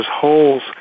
holes